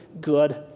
good